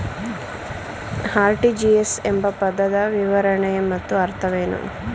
RTGS ಎಂಬ ಪದದ ವಿವರಣೆ ಮತ್ತು ಅರ್ಥವೇನು?